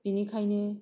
बिनिखायनो